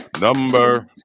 number